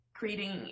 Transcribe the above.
creating